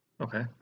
Okay